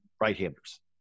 right-handers